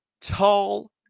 tall